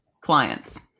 clients